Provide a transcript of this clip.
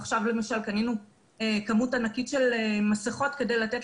עכשיו קנינו כמות ענקית של מסכות כדי לתת